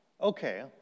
Okay